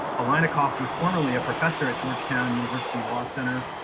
aleinikoff was formerly a professor at georgetown university law center,